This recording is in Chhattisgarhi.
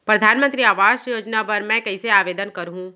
परधानमंतरी आवास योजना बर मैं कइसे आवेदन करहूँ?